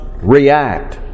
react